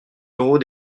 d’euros